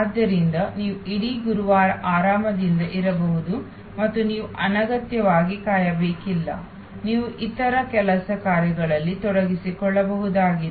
ಆದ್ದರಿಂದ ನೀವು ಇಡೀ ಗುರುವಾರ ಆರಾಮದಿಂದ ಇರಬಹುದು ಮತ್ತು ನೀವು ಅನಗತ್ಯವಾಗಿ ಕಾಯಬೇಕಿಲ್ಲ ನೀವು ಇತರ ಕೆಲಸ ಕಾರ್ಯಗಳಲ್ಲಿ ತೊಡಗಿಸಿಕೊಳ್ಳ ಬಹುದಾಗಿದೆ